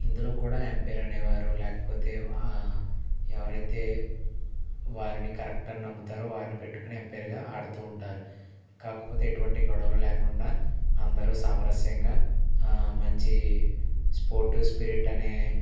ఇందులో కూడా ఎంపైర్ అనే వారు లేకపోతే ఎవరైతే వారిని కరెక్ట్ అని నమ్ముతారో వారిని పెట్టుకొని ఎంపైర్గా ఆడుతూ ఉంటారు కాకపోతే ఎటువంటి గొడవలు లేకుండా అందరూ సామరస్యంగా మంచి స్పోర్టీవ్ స్పిరిట్ అనే